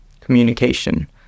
communication